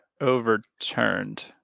overturned